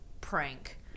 prank